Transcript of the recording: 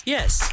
Yes